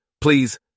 please